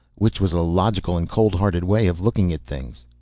which was a logical and cold-hearted way of looking at things.